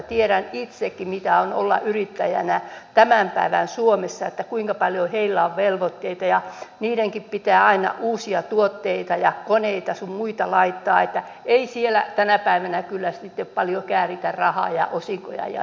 tiedän itsekin mitä on olla yrittäjänä tämän päivän suomessa kuinka paljon heillä on velvoitteita ja heidänkin pitää aina uusia tuotteita ja koneita sun muita laittaa niin että ei siellä tänä päivänä kyllä sitten paljoa kääritä rahaa ja osinkoja jaeta